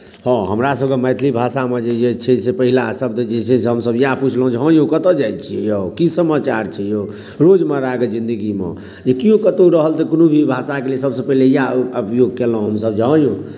हँ हमरा सभके मैथिली भाषामे जे इएह छै जे पहिला शब्द जे छै से हमसभ इएह पुछलहुँ जे हँ यौ कतय जाइ छियै यौ कि समाचार छै यौ रोजमर्राके जिन्दगीमे जे कियो कतहु रहल तऽ कोनो भी भाषाके लिए सभसँ पहिले इएह उपयोग केलहुँ हमसभ हँ यौ